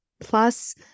plus